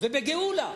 ובגאולה